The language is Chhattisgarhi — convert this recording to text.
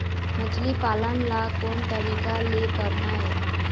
मछली पालन ला कोन तरीका ले करना ये?